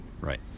Right